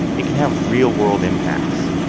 it can have real-world impacts.